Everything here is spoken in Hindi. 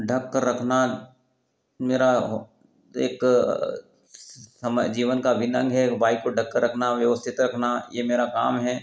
ढक कर रखना मेरा एक जीवन का अभिन्न अंग है एक बाइक को ढक कर रखना व्यवस्थित रखना यह मेरा काम है